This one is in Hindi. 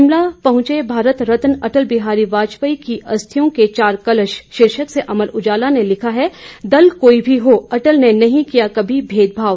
शिमला पहुंचे भारत रत्न अटल बिहारी वाजपेयी की अस्थियों के चार कलश शीर्षक से अमर उजाला ने लिखा है दल कोई भी हो अटल ने नहीं किया कभी भेदभाव